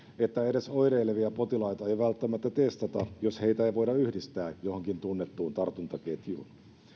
että edes oireilevia potilaita ei välttämättä testata jos heitä ei voida yhdistää johonkin tunnettuun tartuntaketjuun